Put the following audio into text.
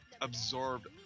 absorbed